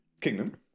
kingdom